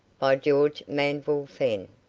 by george manville fenn.